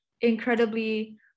incredibly